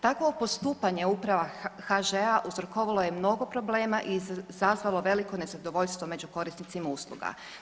Takvo postupanje uprave HŽ-a uzrokovalo je mnogo problema i izazvalo veliko nezadovoljstvo među korisnicima usluga.